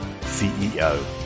CEO